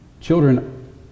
Children